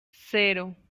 cero